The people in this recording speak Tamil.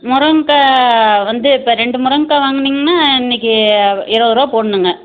முருங்கக்காய் வந்து இப்போ ரெண்டு முருங்கக்காய் வாங்குனீங்கன்னா இன்னக்கு இருபதுருவா போடணுங்க